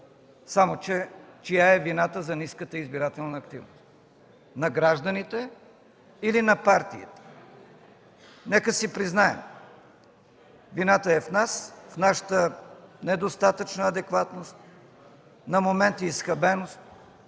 Само че чия е вината за ниската избирателна активност – на гражданите или на партиите? Нека си признаем: вината е в нас, в нашата недостатъчна адекватност, на моменти изхабеност.